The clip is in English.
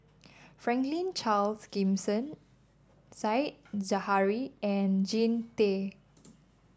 Franklin Charles Gimson Said Zahari and Jean Tay